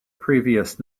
previous